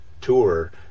tour